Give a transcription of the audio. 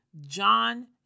John